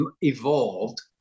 evolved